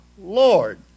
Lord